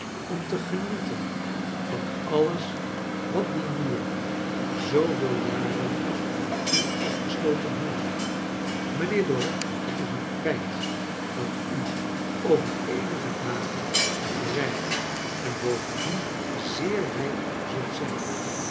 om te genieten van alles wat die muren zooveel jaren voor u afgesloten hielden mijnheer dorrit het is een felt dat u over eenige dagen vrij en bovendien zeer rijk zult zijn